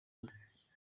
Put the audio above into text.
umwe